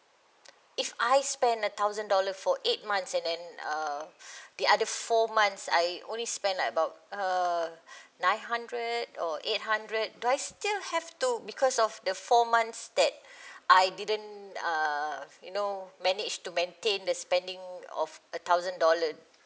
if I spend a thousand dollar for eight months and then uh the other four months I only spend like about uh nine hundred or eight hundred do I still have to because of the four months that I didn't uh you know managed to maintain the spending of a thousand dollar